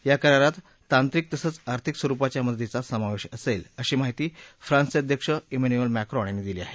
या करातात तांत्रिक तसंच आर्थिक स्वरुपाच्या मदतीचा समावेश असेल अशी माहिती फ्रान्सचे अध्यक्ष इमखिएल मक्तीन यांनी दिली आहे